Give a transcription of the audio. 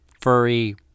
furry